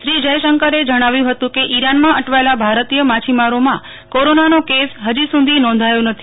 શ્રી જયશંકરે જણાવ્યું હતું કે ઇરાનમાં અટવાયેલા ભારતીય માછીમારોમાં કોરોનાનો કેસ હજી સુધી નોંધાયો નથી